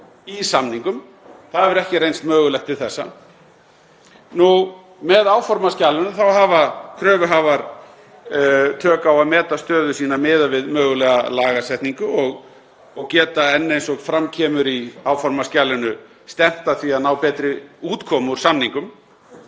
í samningum. Það hefur ekki reynst mögulegt til þessa. Með áformaskjalinu hafa kröfuhafar tök á að meta stöðu sína miðað við mögulega lagasetningu og geta enn, eins og fram kemur í áformaskjalinu, stefnt að því að ná betri útkomu úr samningum.